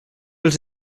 els